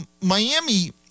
Miami